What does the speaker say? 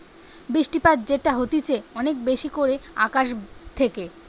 বৃষ্টিপাত যেটা হতিছে অনেক বেশি করে আকাশ থেকে